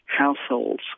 Households